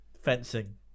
fencing